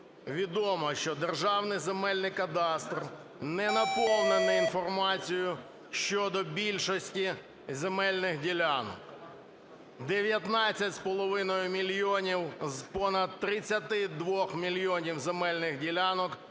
відомо, що Державний земельний кадастр не наповнений інформацією щодо більшості земельних ділянок. 19,5 мільйонів з понад 32 мільйонів земельних ділянок